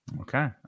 Okay